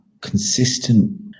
consistent